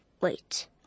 Wait